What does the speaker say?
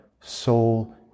soul